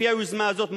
לפי היוזמה הזאת,